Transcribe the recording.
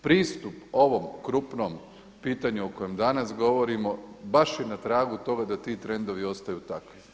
Pristup ovom krupnom pitanju o kojem danas govorimo baš i na tragu toga da ti trendovi ostaju takvi.